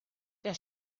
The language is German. der